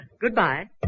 Goodbye